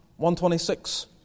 126